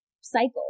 cycle